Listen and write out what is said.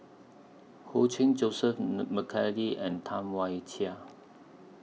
Ho Ching Joseph Mcnally and Tam Wai Jia